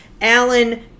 Alan